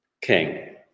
king